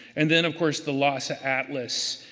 and then of course, the lhasa atlas,